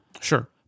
Sure